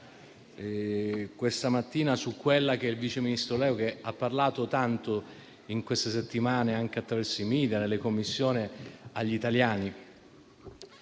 questa mattina. Il Vice Ministro ha parlato tanto in queste settimane, anche attraverso i media e nelle Commissioni, agli italiani.